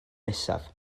nesaf